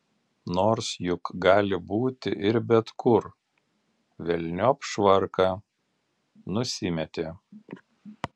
nors juk gali būti ir bet kur velniop švarką nusimetė